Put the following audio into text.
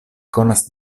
konas